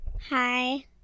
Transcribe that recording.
Hi